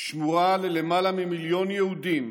שמורה ללמעלה ממיליון יהודים